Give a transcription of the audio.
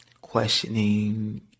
questioning